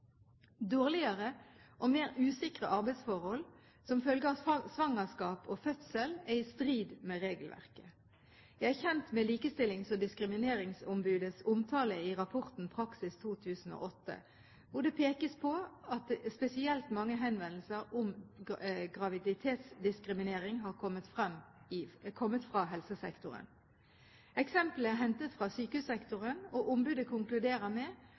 Dårligere og mer usikre arbeidsforhold som følge av svangerskap og fødsel er i strid med regelverket. Jeg er kjent med Likestillings- og diskrimineringsombudets omtale i rapporten «Praksis 2008», hvor det pekes på at spesielt mange henvendelser om graviditetsdiskriminering har kommet fra helsesektoren. Eksemplene er hentet fra sykehussektoren, og ombudet konkluderer med